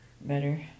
better